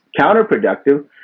Counterproductive